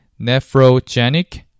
nephrogenic